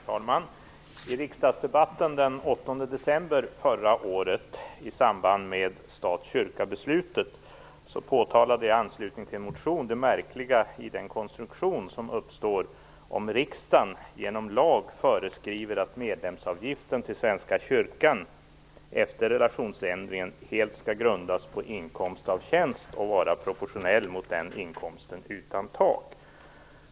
Herr talman! I riksdagsdebatten den 8 december förra året i samband med stat-kyrka-beslutet påtalade jag i anslutning till en motion det märkliga i den konstruktion som uppstår om riksdagen genom lag föreskriver att medlemsavgiften till Svenska kyrkan efter relationsändringen helt skall grundas på inkomst av tjänst och vara proportionell mot den inkomsten utan tak.